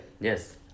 Yes